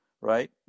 Right